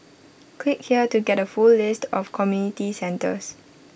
click here to get A full list of community centres